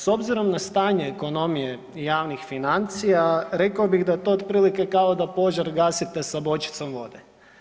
S obzirom na stanje ekonomije javnih financija rekao bih da je to otprilike kao da požar gasite sa bočicom vode.